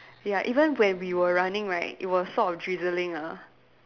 ya even when we were running right it was sort of drizzling ah